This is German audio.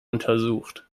untersucht